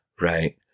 Right